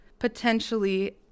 potentially